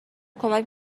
کمک